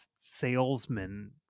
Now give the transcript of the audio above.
salesman